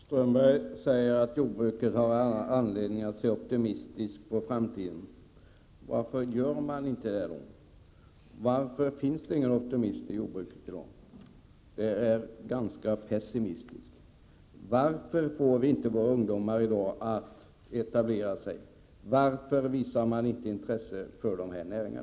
Fru talman! Håkan Strömberg säger att jordbruket har all anledning att se optimistiskt på framtiden. Varför gör man inte det? Varför finns det ingen optimism i jordbruket i dag? Det är ganska pessimistiskt! Varför får vi inte våra ungdomar i dag att etablera sig? Varför visar de inte intresse för dessa näringar?